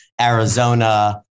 Arizona